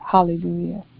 Hallelujah